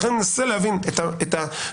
לכן אני מנסה להבין את המציאות.